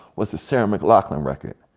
was the sarah mclachlan record.